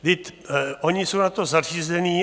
Vždyť oni jsou na to zařízení.